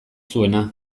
zuena